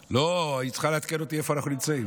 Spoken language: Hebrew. לא, היא צריכה לעדכן אותי איפה אנחנו נמצאים.